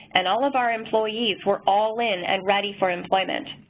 and all of our employees were all in and ready for employment.